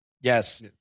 Yes